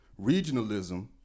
regionalism